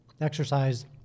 exercise